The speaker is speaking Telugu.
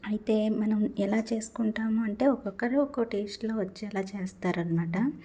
అయితే మనం ఎలా చేసుకుంటాము అంటే ఒక్కొక్కరు ఒక్కొక్క టెస్ట్లో వచ్చేలాగే చేస్తారనమాట